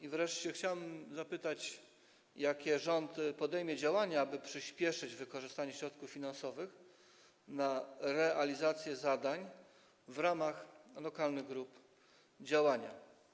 I wreszcie chciałbym zapytać: Jakie rząd podejmie działania, aby przyspieszyć wykorzystanie środków finansowych na realizację zadań w ramach lokalnych grup działania?